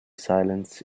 silence